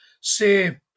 say